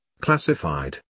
Classified